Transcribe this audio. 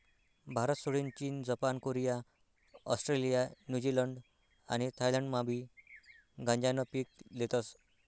भारतसोडीन चीन, Japan, Korea, Australia, New Zealand आणि थायलंडमाबी गांजानं पीक लेतस